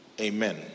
amen